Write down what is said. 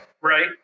Right